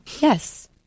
Yes